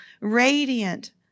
radiant